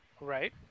Right